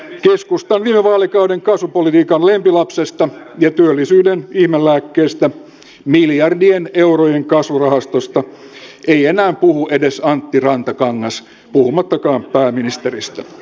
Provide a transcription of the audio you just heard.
keskustan viime vaalikauden kasvupolitiikan lempilapsesta ja työllisyyden ihmelääkkeistä miljardien eurojen kasvurahastosta ei enää puhu edes antti rantakangas puhumattakaan pääministeristä